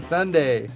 Sunday